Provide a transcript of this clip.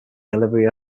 delivery